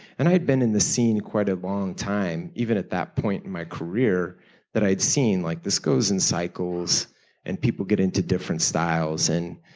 and i had been in the scene quite a long time even at that point in my career that i'd seen, like this goes in cycles and people get into different styles. and